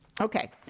Okay